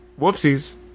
whoopsies